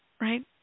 right